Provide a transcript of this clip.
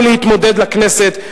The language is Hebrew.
מלהתמודד לכנסת.